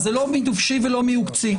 אז זה לא מדובשי ולא מעוקצי.